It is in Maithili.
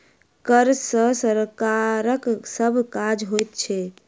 कर सॅ सरकारक सभ काज होइत छै